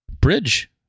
bridge